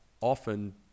often